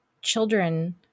children